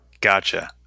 Gotcha